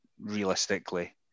realistically